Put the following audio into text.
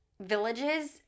villages